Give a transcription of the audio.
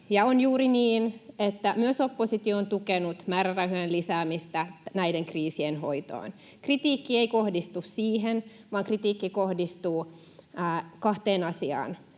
On juuri niin, että myös oppositio on tukenut määrärahojen lisäämistä näiden kriisien hoitoon. Kritiikki ei kohdistu siihen, vaan kritiikki kohdistuu kahteen asiaan: